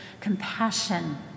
compassion